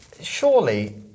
Surely